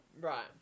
Right